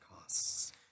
costs